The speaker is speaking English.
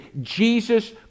Jesus